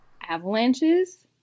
Avalanches